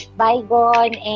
bygone